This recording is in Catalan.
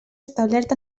establert